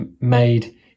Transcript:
made